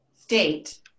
state